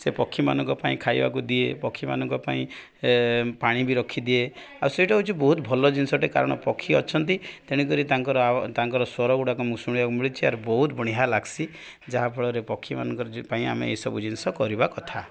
ସେ ପକ୍ଷୀମାନଙ୍କ ପାଇଁ ଖାଇବାକୁ ଦିଏ ପକ୍ଷୀମାନଙ୍କ ପାଇଁ ପାଣି ବି ରଖିଦିଏ ଆଉ ସେଇଟା ହେଉଛି ବହୁତ ଭଲ ଜିନିଷଟେ କାରଣ ପକ୍ଷୀ ଅଛନ୍ତି ତେଣୁକରି ତାଙ୍କର ତାଙ୍କର ସ୍ୱର ଗୁଡ଼ାକ ମୁଁ ଶୁଣିବାକୁ ମିଳୁଛି ଆର୍ ବହୁତ ବଢ଼ିଆ ଲାଗ୍ସି ଯାହାଫଳରେ ପକ୍ଷୀମାନଙ୍କର ପାଇଁ ଆମେ ଏସବୁ ଜିନିଷ କରିବା କଥା